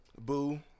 Boo